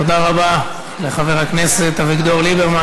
תודה רבה לחבר הכנסת אביגדור ליברמן,